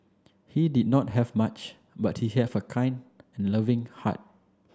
he did not have much but he have a kind and loving heart